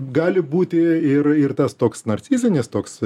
gali būti ir ir tas toks narcizinis toks